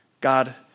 God